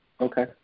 Okay